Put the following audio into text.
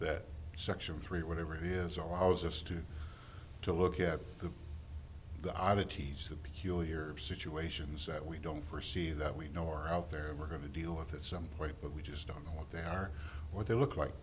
that section three whatever he is allows us to to look at the oddities of peculiar situations that we don't forsee that we know are out there and we're going to deal with it some way but we just don't know what they are what they look like